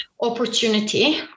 opportunity